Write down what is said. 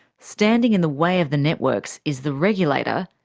standing in the way of the networks is the regulator,